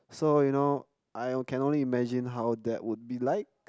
so you know I can only imagine how that would be like